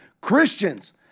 Christians